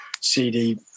CD